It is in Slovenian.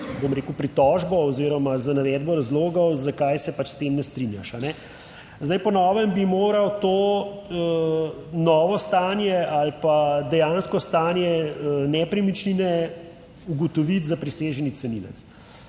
bom rekel, pritožbo oziroma z navedbo razlogov zakaj se pač s tem ne strinjaš. Zdaj po novem bi moral to novo stanje ali pa dejansko stanje nepremičnine ugotoviti zapriseženi cenilec.